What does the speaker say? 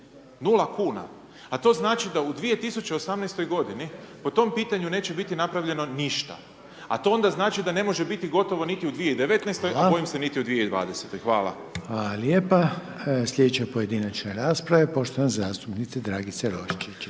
nula kuna, a to znači da u 2018.-toj godini po tom pitanju neće biti napravljeno ništa, a to onda znači da ne može biti gotovo niti u 2019.-toj…/Upadica: Hvala/…,a bojim se niti u 2020.-toj. Hvala. **Reiner, Željko (HDZ)** Hvala lijepa. Slijedeća pojedinačna rasprave poštovane zastupnice Dragice Roščić,